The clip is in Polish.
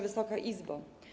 Wysoka Izbo!